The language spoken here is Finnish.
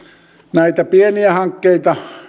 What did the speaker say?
näitä pieniä hankkeita